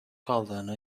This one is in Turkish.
kaldığını